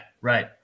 right